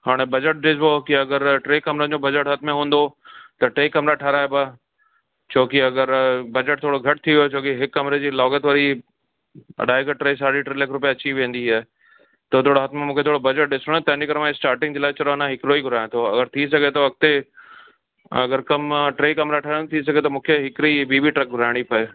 हा न बजट ॾिसबो कि अगरि टे कमिरनि जो बजट हथ में हूंदो त टे कमरा ठाहिरइबा छोकि अगरि बजट थोरो घटि थी वियो छोकि हिक कमरे जी लाॻत वरी अढाई खां टे साढी टे लख रुपए अची वेंदी आहे त थोरो हथ में मूंखे थोरो बजट ॾिसणो आहे त इन करे स्टार्टिंग जे लाइ अञा हिकिड़ो ई घुरायां थो अगरि थी सघे अॻिते अगरि कम आहे टे कमिरा ठहनि थी सघे थो मूंखे हिकिड़ी ॿी बि ट्रक घुराइणी पए